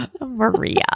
maria